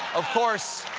of course,